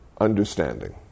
understanding